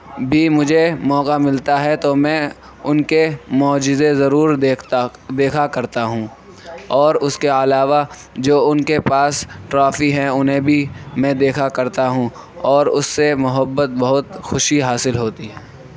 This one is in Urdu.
بھی مجھے موقعہ ملتا ہے تو میں ان کے معجزے ضرور دیکھتا دیکھا کرتا ہوں اور اس کے علاوہ جو ان کے پاس ٹرافی ہے انہیں بھی میں دیکھا کرتا ہوں اور اس سے محبت بہت خوشی حاصل ہوتی ہے